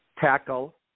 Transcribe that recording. tackle